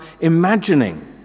imagining